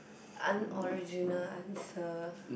unoriginal answer